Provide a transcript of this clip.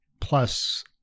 Plus